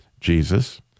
jesus